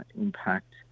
impact